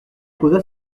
posa